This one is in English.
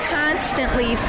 constantly